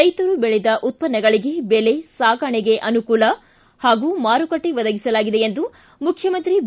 ಕೈತರು ಬೆಳೆದ ಉತ್ತನ್ನಗಳಿಗೆ ಬೆಲೆ ಸಾಗಣೆಗೆ ಅನುಕೂಲ ಹಾಗೂ ಮಾರುಕಟ್ಟೆ ಒದಗಿಸಲಾಗಿದೆ ಎಂದು ಮುಖ್ಯಮಂತ್ರಿ ಬಿ